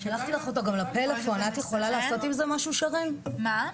לרוץ לפה לכנסת לשבת בוועדות 12 פעמים - לדון באותה הדבר,